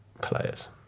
players